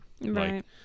right